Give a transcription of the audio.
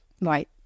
right